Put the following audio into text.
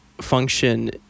function